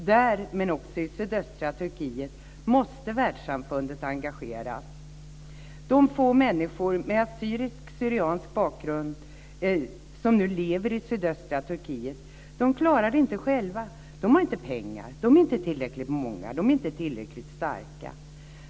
Där, men också i sydöstra Turkiet, måste världssamfundet engageras. De få människor med assyrisk/syriansk bakgrund som nu lever i sydöstra Turkiet klarar sig inte själva. De har inga pengar, de är inte tillräckligt många och de är inte tillräckligt starka.